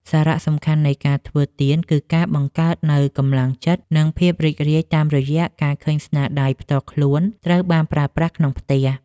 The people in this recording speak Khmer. សារៈសំខាន់នៃការធ្វើទៀនគឺការបង្កើតនូវកម្លាំងចិត្ត និងភាពរីករាយតាមរយៈការឃើញស្នាដៃផ្ទាល់ខ្លួនត្រូវបានប្រើប្រាស់ក្នុងផ្ទះ។